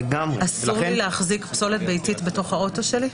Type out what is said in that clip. אסור לי להחזיק פסולת ביתית בתוך האוטו שלי?